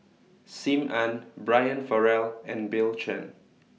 SIM Ann Brian Farrell and Bill Chen